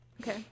okay